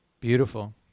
Beautiful